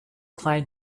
claim